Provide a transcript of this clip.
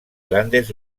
grandes